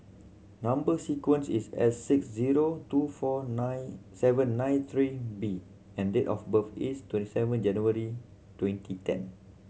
number sequence is S six zero two four nine seven nine three B and date of birth is twenty seven January twenty ten